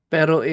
Pero